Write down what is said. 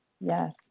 Yes